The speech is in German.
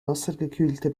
wassergekühlte